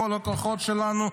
כל הכוחות שלנו,